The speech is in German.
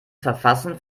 verfassen